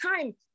time